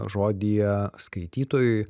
žodyje skaitytojui